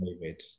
David